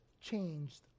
changed